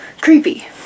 Creepy